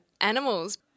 animals